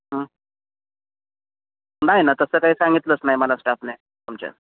नाही ना तसं काही सांगितलंच नाही मला स्टाफने तुमच्या